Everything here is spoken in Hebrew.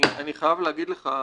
אני חייב להגיד לך,